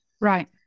Right